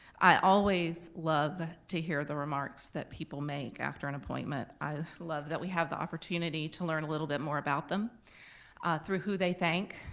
i always love to hear the remarks that people make after an appointment. i love that we have the opportunity to learn a little bit more about them through who they thank,